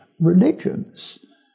religions